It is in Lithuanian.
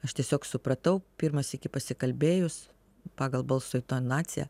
aš tiesiog supratau pirmą sykį pasikalbėjus pagal balso intonaciją